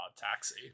Taxi